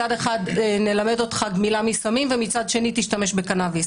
מצד אחד נלמד אותך גמילה מסמים ומצד שני תשתמש בקנאביס.